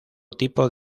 tipo